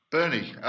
Bernie